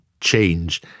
change